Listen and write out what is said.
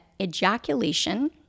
ejaculation